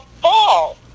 fall